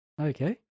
Okay